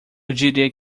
diria